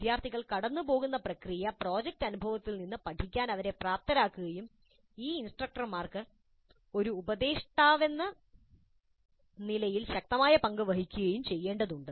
വിദ്യാർത്ഥികൾ കടന്നുപോകുന്ന പ്രക്രിയ പ്രോജക്റ്റ് അനുഭവത്തിൽ നിന്ന് പഠിക്കാൻ അവരെ പ്രാപ്തരാക്കുകയും ഈ ഇൻസ്ട്രക്ടർമാർക്ക് ഒരു ഉപദേഷ്ടാവെന്ന നിലയിൽ ശക്തമായ പങ്ക് വഹിക്കുകയും ചെയ്യേണ്ടതുണ്ട്